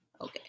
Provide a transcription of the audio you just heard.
Okay